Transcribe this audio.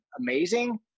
amazing